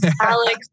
Alex